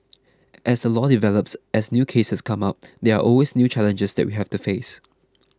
as the law develops as new cases come up there are always new challenges that we have to face